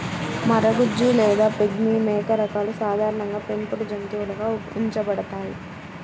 మరగుజ్జు లేదా పిగ్మీ మేక రకాలు సాధారణంగా పెంపుడు జంతువులుగా ఉంచబడతాయి